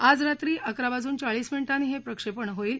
आज रात्री अकरा वाजून चाळीस मिनीटांनी हे प्रक्षेपण होईल